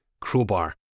crowbar